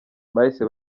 bahise